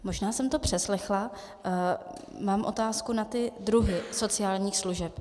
Možná jsem to přeslechla, mám otázku na druhy sociálních služeb.